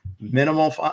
minimal